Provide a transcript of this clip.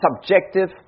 subjective